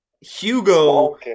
Hugo